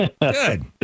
Good